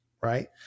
right